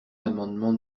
l’amendement